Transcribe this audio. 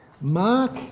Mark